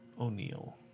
O'Neill